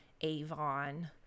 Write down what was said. Avon